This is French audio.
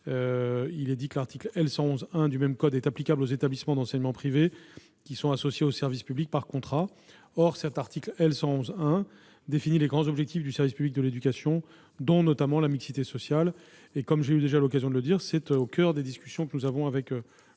il est précisé que l'article L. 111-1 du même code est applicable aux établissements d'enseignement privé qui sont associés au service public par contrat. Or ce dernier article définit les grands objectifs du service public de l'éducation, dont la mixité sociale. En outre, j'ai déjà eu l'occasion de l'indiquer, ce sujet est au coeur des discussions que nous avons avec